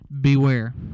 Beware